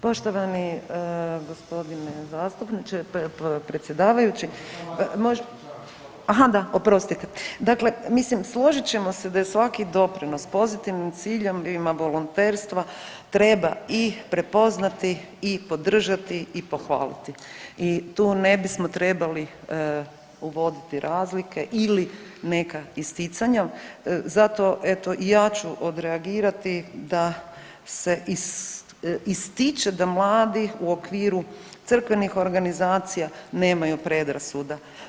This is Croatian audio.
Poštovani g. zastupniče, predsjedavajući, može ... [[Upadica se ne čuje.]] Aha, da, oprostite, dakle mislim složit ćemo se da je svaki doprinos pozitivnim ciljevima volonterstva treba i prepoznati i podržati i pohvaliti i tu ne bismo trebali uvoditi razlike ili neka isticanja, zato eto, ja ću odreagirati da se ističe da mladi u okviru crkvenih organizacija nemaju predrasuda.